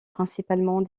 principalement